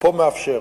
פה מאפשר.